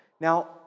Now